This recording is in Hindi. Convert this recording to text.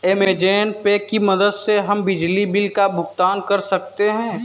अमेज़न पे की मदद से हम बिजली बिल का भुगतान कर सकते हैं